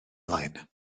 mlaen